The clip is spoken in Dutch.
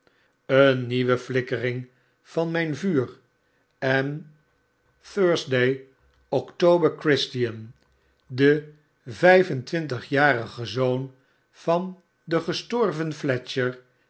een nieuwe nikkering van mgn vuur en thursday october christian de vgf en twintigjarige zoon van den gestorven fletcner